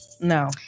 no